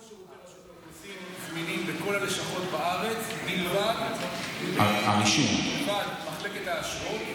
כל שירותי רשות האוכלוסין זמינים בכל הלשכות בארץ מלבד מחלקת האשרות.